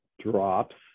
drops